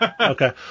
Okay